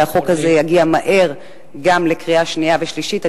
שהחוק הזה יגיע מהר גם לקריאה שנייה ושלישית.